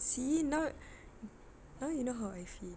see now now you know how I feel